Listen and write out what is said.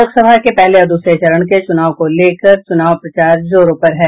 लोकसभा के पहले और दूसरे चरण के चुनाव को लेकर चुनाव प्रचार जोरों पर है